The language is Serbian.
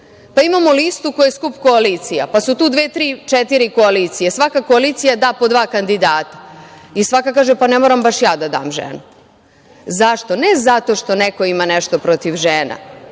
imamo listu koja je skup koalicija, pa su tu dve, tri, četiri koalicije. Svaka koalicija da po dva kandidata i svaka kaže - ne moram baš ja da dam ženu. Zašto? Ne zato što neko ima nešto protiv žena,